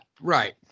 Right